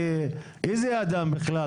כי איזה אדם בכלל?